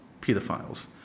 pedophiles